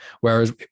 whereas